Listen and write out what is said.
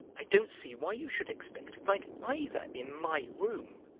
i don't see why you should expect to find either in my room,